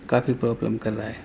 کافی problem کر رہا ہے